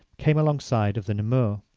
came alongside of the namur.